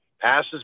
passes